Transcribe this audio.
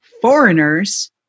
foreigners